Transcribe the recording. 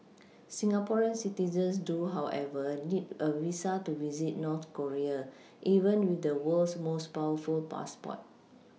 Singaporean citizens do however need a visa to visit North Korea even with the world's most powerful passport